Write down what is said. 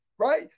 right